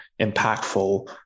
impactful